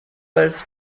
was